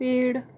पेड़